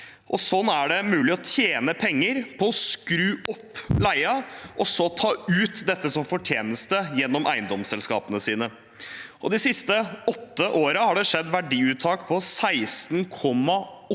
slik er det mulig å tjene penger på å skru opp leien og så ta ut dette som fortjeneste gjennom eiendomsselskapene sine. De siste åtte årene har det skjedd verdiuttak på 16,8 mrd.